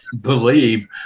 believe